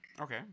Okay